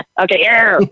Okay